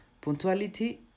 punctuality